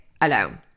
alone